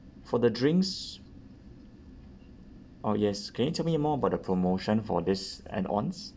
for the drinks orh yes can you tell me more about the promotion for this add ons